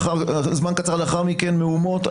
זמן קצר לאחר מכן מהומות,